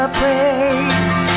praise